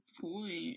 point